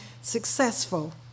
successful